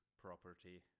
property